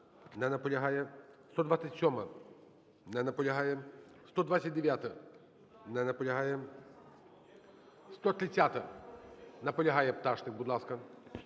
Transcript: Не наполягає. 127-а. Не наполягає. 129-а. Не наполягає. 130-а. Наполягає. Пташник, будь ласка.